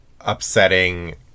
upsetting